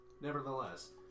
Nevertheless